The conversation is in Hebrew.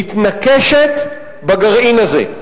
מתנקשת בגרעין הזה.